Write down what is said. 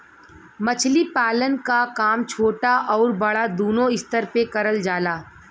मछली पालन क काम छोटा आउर बड़ा दूनो स्तर पे करल जाला